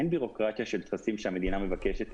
אין בירוקרטיה של טפסים שהמדינה מבקשת,